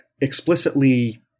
explicitly